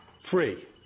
free